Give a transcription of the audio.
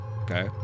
okay